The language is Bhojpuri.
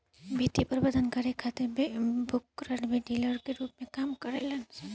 वित्तीय प्रबंधन करे खातिर ब्रोकर ही डीलर के रूप में काम करेलन